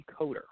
decoder